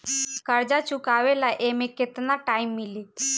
कर्जा चुकावे ला एमे केतना टाइम मिली?